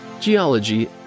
geology